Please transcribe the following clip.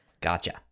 Gotcha